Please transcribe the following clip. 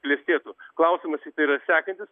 klestėtų klausimas tiktai yra sekantis